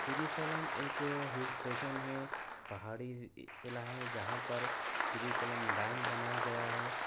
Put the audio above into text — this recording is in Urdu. سری سلم ایک ہل اسٹیشن ہے پہاڑی قلعہ ہے جہاں پر سری سلم ڈیم بنایا گیا ہے